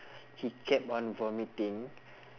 he kept on vomiting